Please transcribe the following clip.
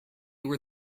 were